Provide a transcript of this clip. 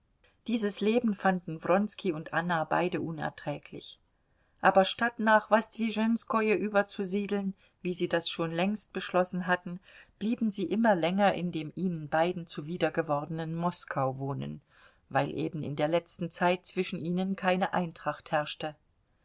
dieses leben fanden wronski und anna beide unerträglich aber statt nach wosdwischenskoje überzusiedeln wie sie das schon längst beschlossen hatten blieben sie immer länger in dem ihnen beiden zuwider gewordenen moskau wohnen weil eben in der letzten zeit zwischen ihnen keine eintracht herrschte